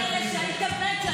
היית מת שאני אשבש.